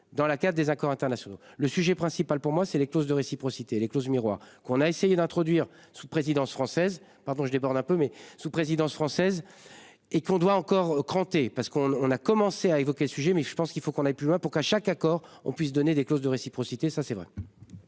dans la cave des accords internationaux. Le sujet principal pour moi c'est les clause de réciprocité les clauses miroirs qu'on a essayé d'introduire sous présidence française. Pardon je déborde un peu mais sous présidence française. Et qu'on doit encore cranter parce qu'on on a commencé à évoquer le sujet mais je pense qu'il faut qu'on aille plus loin pour qu'à chaque accord on puisse donner des clauses de réciprocité, ça c'est vrai.